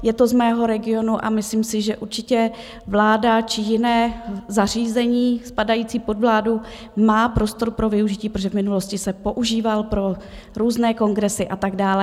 Je to z mého regionu a myslím si, že určitě vláda či jiné zařízení spadající pod vládu má prostor pro využití, protože v minulosti se používal pro různé kongresy a tak dále.